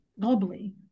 globally